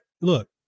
look